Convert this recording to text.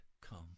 come